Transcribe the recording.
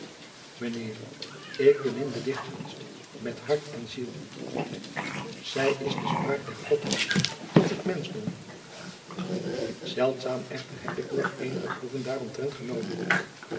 heer ik bemin de dichtkunst met hart en ziel zij is de spraak der godheid tot het menschdom zeldzaam echter heb ik nog eenige proeven daaromtrent genomen